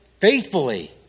faithfully